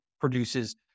produces